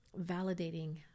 validating